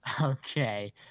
Okay